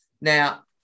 Now